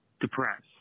depressed